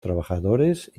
trabajadores